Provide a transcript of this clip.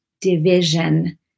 division